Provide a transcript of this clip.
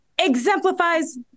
exemplifies